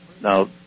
Now